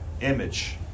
image